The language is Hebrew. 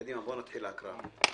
קדימה, בואו נתחיל הקראה.